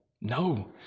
No